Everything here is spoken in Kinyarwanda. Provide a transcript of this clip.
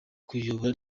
kuyobora